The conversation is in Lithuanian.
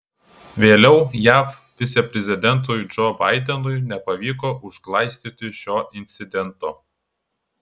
vėliau jav viceprezidentui džo baidenui nepavyko užglaistyti šio incidento